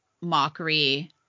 mockery